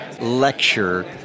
lecture